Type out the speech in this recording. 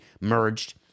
merged